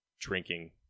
drinking